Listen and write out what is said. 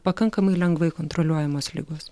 pakankamai lengvai kontroliuojamos ligos